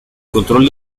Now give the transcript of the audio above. control